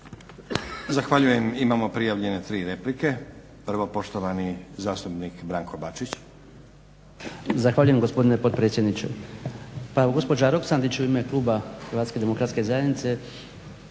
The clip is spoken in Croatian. Zahvaljujem. Imamo prijavljene tri replike. Prvo poštovani zastupnik Branko Bačić. **Bačić, Branko (HDZ)** Zahvaljujem gospodine potpredsjedniče. Pa evo gospođa Roksandić u ime kluba HDZ-a